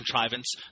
contrivance